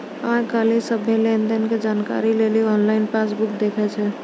आइ काल्हि सभ्भे लेन देनो के जानकारी लेली आनलाइन पासबुक देखै छै